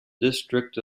district